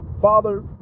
Father